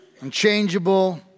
unchangeable